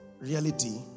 reality